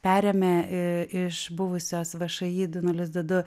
perėmė iš buvusios všį du nulis du du